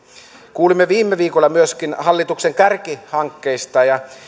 kuulimme viime viikolla myöskin hallituksen kärkihankkeista ja